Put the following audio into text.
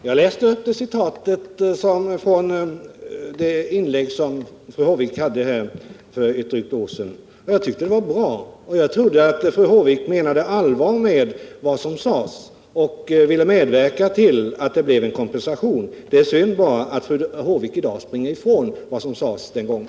Herr talman! Jag citerade ur ett inlägg som fru Håvik gjorde för drygt ett år sedan. Jag tyckte det var bra. Jag trodde att fru Håvik menade allvar med vad hon sade och ville medverka till att det blev en kompensation. Det är synd bara att fru Håvik i dag springer ifrån vad som sades den gången.